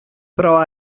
però